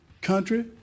country